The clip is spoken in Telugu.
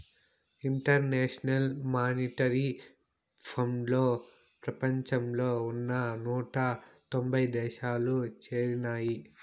ఇంటర్నేషనల్ మానిటరీ ఫండ్లో ప్రపంచంలో ఉన్న నూట తొంభై దేశాలు చేరినాయి